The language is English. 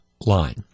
line